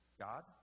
God